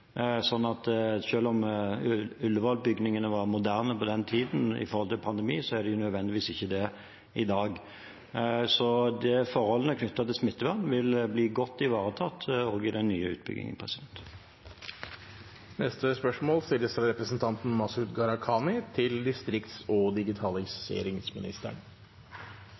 om Ullevål-bygningene var moderne på den tiden med tanke på en pandemi, er de ikke nødvendigvis det i dag. Forholdene knyttet til smittevern vil bli godt ivaretatt også i den nye utbyggingen. «Hallingdal sjukestugu på Ål tilbyr desentraliserte spesialisthelsetjenester til lokalbefolkning og